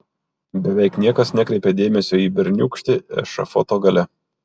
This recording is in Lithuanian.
beveik niekas nekreipė dėmesio į berniūkštį ešafoto gale